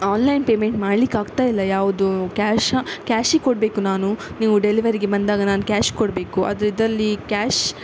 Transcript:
online payment ಮಾಡ್ಲಿಕ್ಕಾಗ್ತಾಯಿಲ್ಲ ಯಾವುದೂ cash ಕ್ಯಾಶೇ ಕೊಡಬೇಕು ನಾನು ನೀವು ಡೆಲಿವರಿಗೆ ಬಂದಾಗ ನಾನು ಕ್ಯಾಶ್ ಕೊಡಬೇಕು ಅದು ಇದ್ದಲ್ಲಿ ಕ್ಯಾಶ್